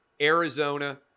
Arizona